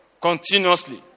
continuously